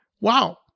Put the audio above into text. wow